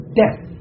death